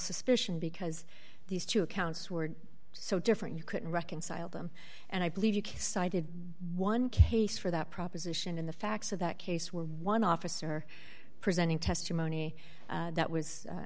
suspicion because these two accounts were so different you couldn't reconcile them and i believe you cited one case for that proposition in the facts of that case were one officer presenting testimony that was